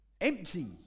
empty